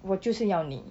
我就是要你